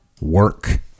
work